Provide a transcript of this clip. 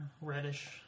reddish